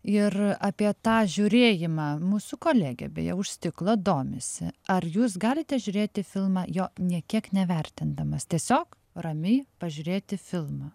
ir apie tą žiūrėjimą mūsų kolegė beje už stiklo domisi ar jūs galite žiūrėti filmą jo nė kiek nevertindamas tiesiog ramiai pažiūrėti filmą